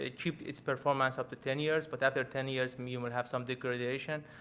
ah keep its performance up to ten years but after ten years you will have some degradation.